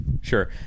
sure